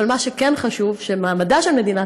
אבל מה שכן חשוב הוא שמעמדה של מדינת